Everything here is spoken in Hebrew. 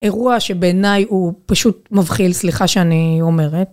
אירוע שבעיניי הוא פשוט מבחיל, סליחה שאני אומרת.